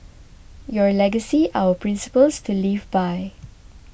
your legacy our principles to live by